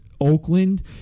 Oakland